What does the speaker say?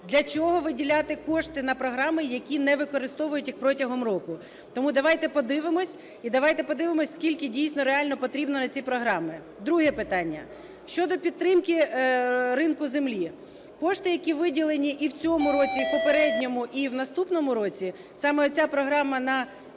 Для чого виділяти кошти на програми, які не використовують їх протягом року? Тому давайте подивимося і давайте подивимося, скільки дійсно реально потрібно на ці програми. Друге питання. Щодо підтримки ринку землі. Кошти, які виділені і в цьому році, і в попередньому, і в наступному році, саме оця програма на